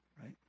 right